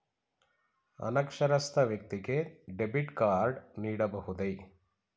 ಅನಕ್ಷರಸ್ಥ ವ್ಯಕ್ತಿಗೆ debit card ನೀಡಬಹುದೇ?